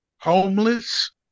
homeless